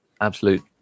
absolute